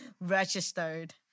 registered